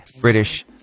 British